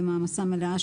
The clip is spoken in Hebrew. במעמסה מלאה,